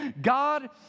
God